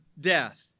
death